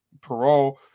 Parole